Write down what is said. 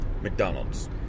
McDonald's